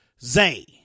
Zay